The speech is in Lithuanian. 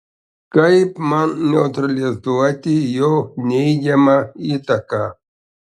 kaip man neutralizuoti jo neigiamą įtaką